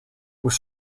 was